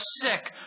sick